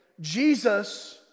Jesus